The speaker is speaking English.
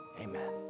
amen